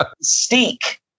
Steak